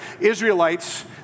Israelites